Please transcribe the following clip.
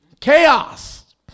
Chaos